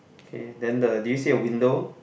okay then the do you see a window